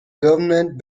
government